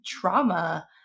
trauma